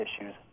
issues